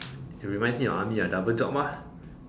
it reminds me of army ah double job ah